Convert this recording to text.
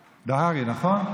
נכון?